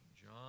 John